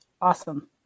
Awesome